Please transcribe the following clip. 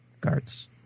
guards